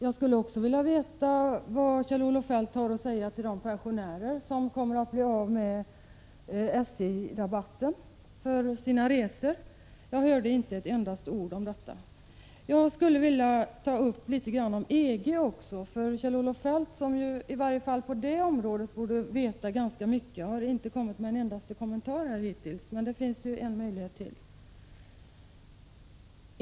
Jag skulle också vilja veta vad Kjell-Olof Feldt har att säga till de pensionärer som kommer att bli av med SJ-rabatten för sina resor. Jag hörde inte ett endaste ord om detta. Vidare vill jag ta upp frågan om EG, för Kjell-Olof Feldt — som i varje fall på det området borde veta ganska mycket — har hittills inte kommit med någon kommentar alls i det hänseendet. Men det finns ju en möjlighet till!